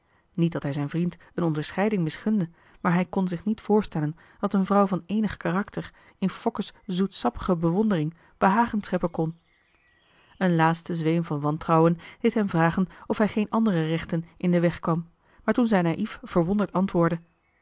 niet dat hij zijn vriend een onderscheiding misgunde maar hij kon zich niet voorstellen dat een vrouw van eenig karakter in fokke's zoetsappige bewondering behagen scheppen kon een laatste zweem van wantrouwen deed hem vragen of hij geen anderen rechten in den weg kwam maar toen zij naïef verwonderd antwoordde